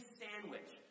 sandwich